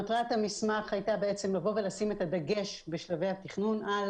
מטרת המסמך הייתה לבוא ולשים את הדגש בשלבי התכנון על